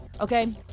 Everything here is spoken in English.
okay